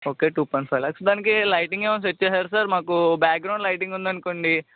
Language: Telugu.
okay two point five lakhs దానికి లైటింగ్ ఏమన్నా సెట్ చేసారా సార్ మాకు బ్యాక్గ్రౌండ్ లైటింగ్ ఉందనుకోండి